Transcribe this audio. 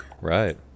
Right